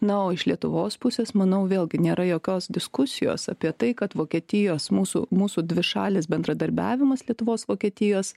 na o iš lietuvos pusės manau vėlgi nėra jokios diskusijos apie tai kad vokietijos mūsų mūsų dvišalis bendradarbiavimas lietuvos vokietijos